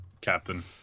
captain